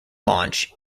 launch